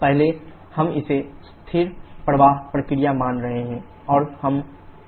पहले हम इसे स्थिर प्रवाह प्रक्रिया मान रहे हैं